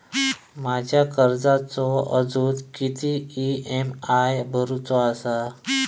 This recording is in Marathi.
माझ्या कर्जाचो अजून किती ई.एम.आय भरूचो असा?